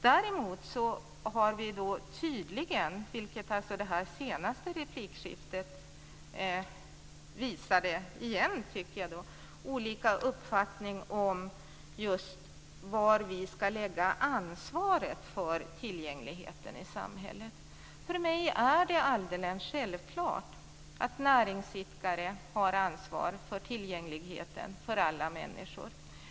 Däremot har vi tydligen - vilket det senaste replikskiftet återigen visade, tycker jag - olika uppfattningar om var vi ska lägga ansvaret för tillgängligheten i samhället. För mig är det alldeles självklart att näringsidkare har ansvar för tillgängligheten för alla människor.